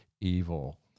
evil